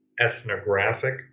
ethnographic